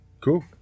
Cool